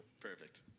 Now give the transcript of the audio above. Perfect